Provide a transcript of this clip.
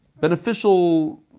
beneficial